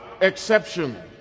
exception